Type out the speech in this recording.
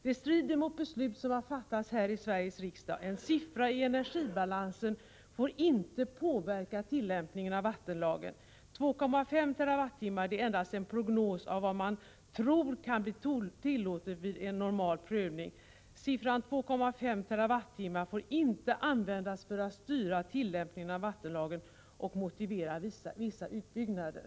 Det strider mot beslut i Sveriges riksdag. En siffra i energibalansen får inte påverka tillämpningen av vattenlagen. 2,5 TWh är endast en prognos för vad man tror kan bli tillåtet vid normal prövning. Siffran 2,5 TWh får inte användas för att styra tillämpningen av vattenlagen och motivera vissa utbyggnader.